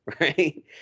right